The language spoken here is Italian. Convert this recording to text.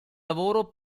lavoro